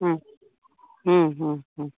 ಹ್ಞೂ ಹ್ಞೂ ಹ್ಞೂ ಹ್ಞೂ